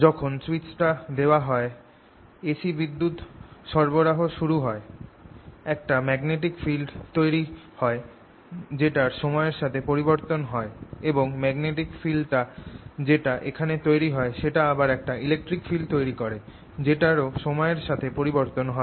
যখন সুইচটা দেওয়া হয় AC বিদ্যুৎ সরবরাহ শুরু হয় একটা ম্যাগনেটিক ফিল্ড তৈরি হয় যেটার সময়ের সাথে পরিবর্তন হয় এবং ম্যাগনেটিক ফিল্ড টা যেটা এখানে তৈরি হয় সেটা আবার একটা ইলেকট্রিক ফিল্ড তৈরি করে যেটারও সময়ের সাথে পরিবর্তন হয়